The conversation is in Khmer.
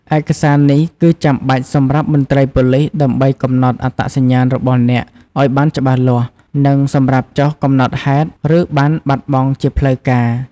ឯកសារនេះគឺចាំបាច់សម្រាប់មន្ត្រីប៉ូលិសដើម្បីកំណត់អត្តសញ្ញាណរបស់អ្នកឲ្យបានច្បាស់លាស់ និងសម្រាប់ចុះកំណត់ហេតុ ឬប័ណ្ណបាត់បង់ជាផ្លូវការ។